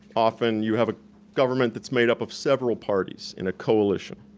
often you have a government that's made up of several parties in a coalition.